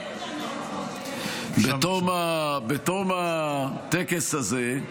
בתום הטקס הזה,